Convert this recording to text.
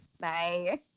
Bye